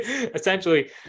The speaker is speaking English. Essentially